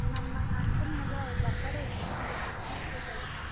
ನಮ್ಮ ಅಕ್ಕನ ಮಗ ಬರ್ತಡೇ ಐತೆ ರೀ ಒಂದು ಇಷ್ಟು ಸ್ವೀಟ್ ಬೇಕಾಗಿತ್ತು ರೀ